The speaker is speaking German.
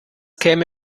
käme